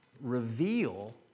reveal